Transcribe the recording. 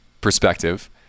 perspective